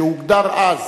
שהוגדר אז